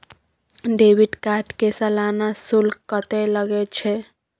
Debit card के सालाना शुल्क कत्ते लगे छै?